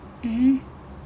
mmhmm